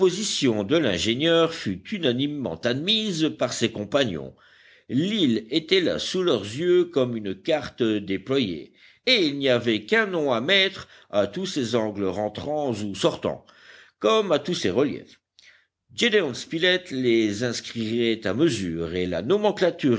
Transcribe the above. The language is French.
de l'ingénieur fut unanimement admise par ses compagnons l'île était là sous leurs yeux comme une carte déployée et il n'y avait qu'un nom à mettre à tous ses angles rentrants ou sortants comme à tous ses reliefs gédéon spilett les inscrirait à mesure et la nomenclature